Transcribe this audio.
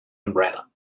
umbrella